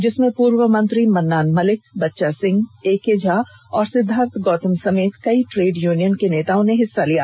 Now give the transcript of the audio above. जिसमें पूर्व मंत्री मन्नान मल्लिक बच्चा सिंह ए के झा और सिद्धार्थ गौतम समेत कई ट्रेड यूनियन के नेताओं ने हिस्सा लिया